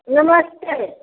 नमस्ते